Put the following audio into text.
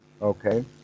Okay